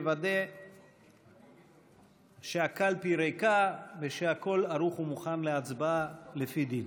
לוודא שהקלפי ריקה ושהכול ערוך ומוכן להצבעה על פי דין.